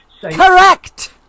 Correct